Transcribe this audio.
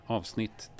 Avsnitt